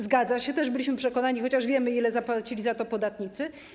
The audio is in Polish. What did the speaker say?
Zgadza się, też byliśmy o tym przekonani, chociaż wiemy, ile zapłacili za to podatnicy.